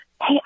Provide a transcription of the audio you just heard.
hey